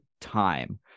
time